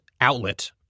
outlet